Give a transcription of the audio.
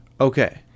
Okay